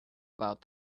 about